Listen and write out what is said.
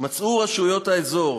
"מצאו רשויות האזור